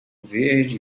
verde